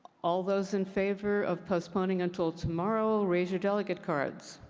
all those in favor of postponing until tomorrow, raise your delegate cards.